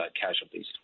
casualties